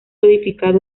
edificado